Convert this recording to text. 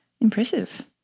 Impressive